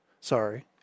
Sorry